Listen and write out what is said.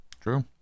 True